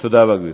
תודה רבה, גברתי,